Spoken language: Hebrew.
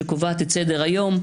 שקובעת את סדר-היום,